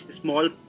small